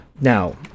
now